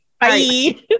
Bye